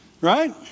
Right